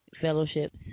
fellowships